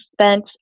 spent